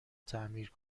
تعمیر